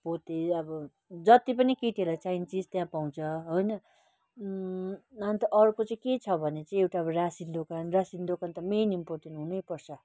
पोते अब जति पनि केटीहरूलाई चाहिने चिज त्यहाँ पाउँछ होइन अन्त अर्को चाहिँ के छ भने चाहिँ एउटा अब रासिन दोकान रासिन दोकान त मेन इम्पोर्टेन्ट हुनै पर्छ